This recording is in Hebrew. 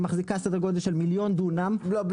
מחזיקה סדר גודל של מיליון דונם --- לא,